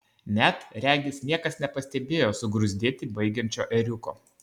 net regis niekas nepastebėjo sugruzdėti baigiančio ėriuko